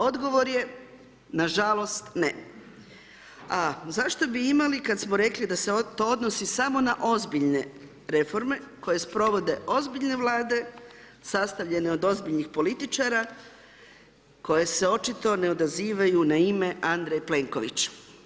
Odgovor je na žalost ne, a zašto bi imali kad smo rekli da se to odnosi samo na ozbiljne reforme koje sprovode ozbiljne Vlade sastavljene od ozbiljnih političara koje se očito ne odazivaju na ime Andrej Plenković.